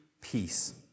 peace